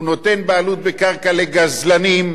הוא נותן בעלות בקרקע לגזלנים.